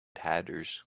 tatters